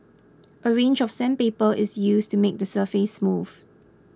a range of sandpaper is used to make the surface smooth